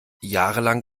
jahrelang